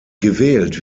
gewählt